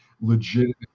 legitimate